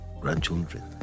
grandchildren